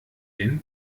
den